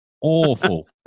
Awful